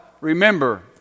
remember